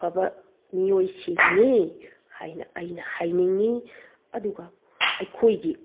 ꯐꯕ ꯃꯤꯑꯣꯏꯁꯤꯡꯅꯤ ꯍꯥꯏꯅ ꯑꯩꯅ ꯍꯥꯏꯅꯤꯡꯏ ꯑꯗꯨꯒ ꯑꯩꯈꯣꯏꯒꯤ